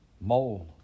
mole